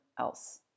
else